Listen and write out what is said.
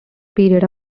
period